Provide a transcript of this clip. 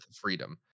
freedom